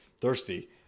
thirsty